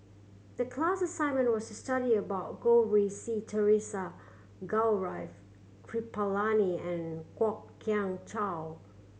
the class assignment was to study about Goh Rui Si Theresa Gaurav Kripalani and Kwok Kian Chow